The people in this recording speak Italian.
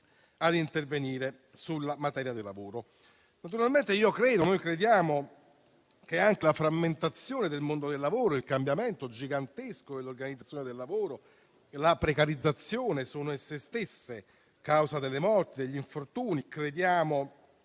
a intervenire sulla materia del lavoro. Crediamo che anche la frammentazione del mondo del lavoro, il cambiamento gigantesco dell'organizzazione del lavoro e la precarizzazione siano essi stessi causa delle morti e degli infortuni. Riteniamo